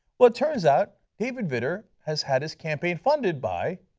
but turns out, david vitter has had his campaign funded by